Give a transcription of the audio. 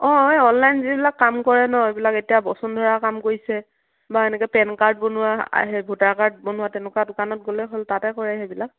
অঁ এ অনলাইন যিবিলাক কাম কৰে ন এইবিলাক এতিয়া বসুন্ধৰা কাম কৰিছে বা এনেকৈ পেন কাৰ্ড বনোৱা ভোটাৰ কাৰ্ড বনোৱা তেনেকুৱা দোকানত গ'লে হ'ল তাতে কৰে সেইবিলাক